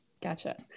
Gotcha